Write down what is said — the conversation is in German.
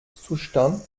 zustand